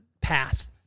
path